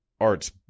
art's